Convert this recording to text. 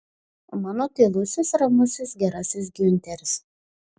mano tylusis ramusis gerasis giunteris